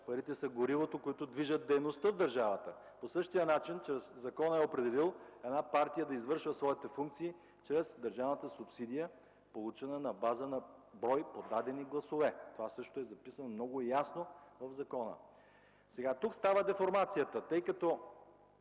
парите са горивото, което движи дейността в държавата. По същия начин законът е определил една партия да извършва своите функции чрез държавната субсидия, получена на базата брой подадени гласове. Това също е записано много ясно в закона. Тук става деформацията, тъй като